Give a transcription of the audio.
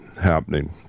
happening